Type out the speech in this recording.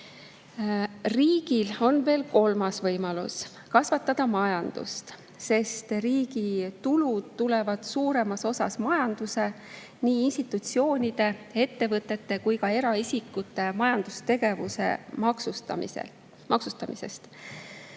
Riigil on veel kolmas võimalus: kasvatada majandust. Riigi tulud tulevad suuremas osas majanduse, nii institutsioonide, ettevõtete kui ka eraisikute majandustegevuse maksustamisest.